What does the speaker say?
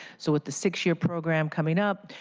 so with the six-year program coming up,